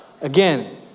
Again